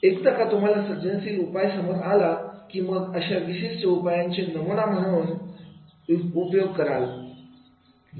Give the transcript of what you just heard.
एकदा का तुम्हाला सर्जनशील उपाय समोर आला की मग अशा विशिष्ट उपायाचे नमुना म्हणून उपयोग करावा लागेल